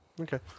Okay